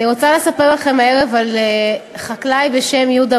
אני רוצה לספר לכם הערב על יהודה מרמור.